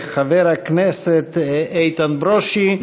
חבר הכנסת איתן ברושי,